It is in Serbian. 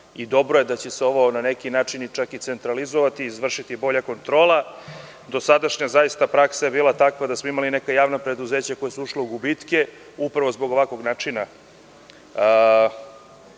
Dobro je da će se ovo na neki način centralizovati, izvršiti bolja kontrola. Dosadašnja praksa je bila takva da smo imali neka javna preduzeća koja su ušla u gubitke zbog ovakvog rada